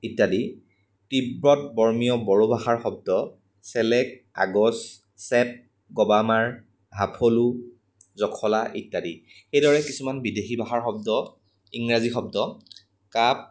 ইত্যাদি তিব্বতধৰ্মীয় বড়ো ভাষাৰ শব্দ চেলেক আগজ চেপ গবা মাৰ্ হাফলু জখলা ইত্যাদি সেইদৰে কিছুমান বিদেশী ভাষাৰ শব্দ ইংৰাজী শব্দ কাপ